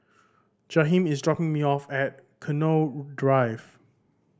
Jaheem is dropping me off at Connaught Drive